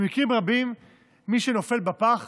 במקרים רבים מי שנופלים בפח